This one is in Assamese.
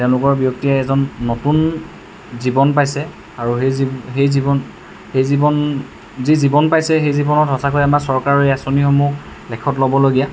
তেওঁলোকৰ ব্যক্তিয়ে এজন নতুন জীৱন পাইছে আৰু সেই সেই জীৱন সেই জীৱন যি জীৱন পাইছে সেই জীৱনত সঁচাকৈয়ে আমাৰ চৰকাৰৰ এই আঁচনিসমূহ লেখত ল'বলগীয়া